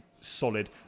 solid